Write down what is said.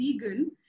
vegan